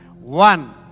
One